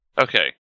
Okay